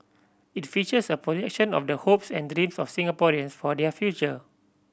it features a projection of the hopes and dreams of Singaporeans for their future